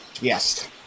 Yes